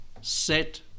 set